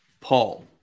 Paul